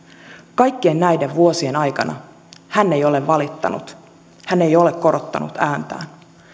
kaikkien näiden vuosien aikana hän ei ole valittanut hän ei ole korottanut ääntään